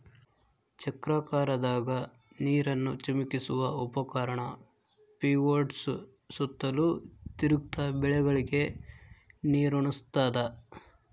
ಚಕ್ರಾಕಾರದಾಗ ನೀರನ್ನು ಚಿಮುಕಿಸುವ ಉಪಕರಣ ಪಿವೋಟ್ಸು ಸುತ್ತಲೂ ತಿರುಗ್ತ ಬೆಳೆಗಳಿಗೆ ನೀರುಣಸ್ತಾದ